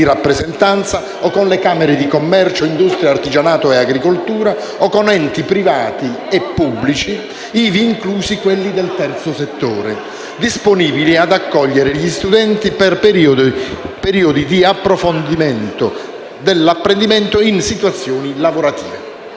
rappresentanza, con le camere di commercio, industria, artigianato e agricoltura o con enti privati e pubblici, ivi inclusi quelli del terzo settore, disponibili ad accogliere gli studenti per periodi di approfondimento dell'apprendimento in situazioni lavorative.